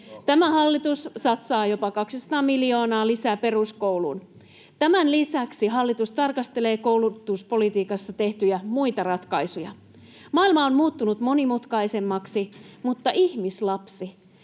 Tämä hallitus satsaa jopa 200 miljoonaa lisää peruskouluun. Tämän lisäksi hallitus tarkastelee koulutuspolitiikassa tehtyjä muita ratkaisuja. Maailma on muuttunut monimutkaisemmaksi, mutta ihmislapsi